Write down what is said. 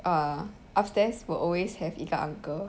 err upstairs will always have 一个 uncle